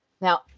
Now